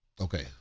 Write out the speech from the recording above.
Okay